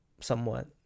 somewhat